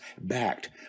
backed